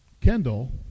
Kendall